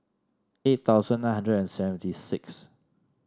eight thousand nine hundred and seventy six